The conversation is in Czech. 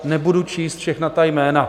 Nebudu číst všechna ta jména.